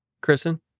Kristen